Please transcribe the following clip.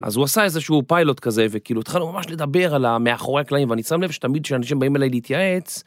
אז הוא עשה איזשהו פיילוט כזה, וכאילו התחלנו ממש לדבר על המאחורי הכלים, ואני שם לב שתמיד כשאנשים באים אליי להתייעץ,